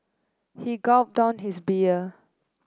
he gulped down his beer